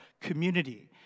community